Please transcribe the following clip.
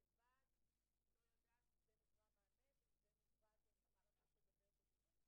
לא לתעדף את המענים של המאבק הזה.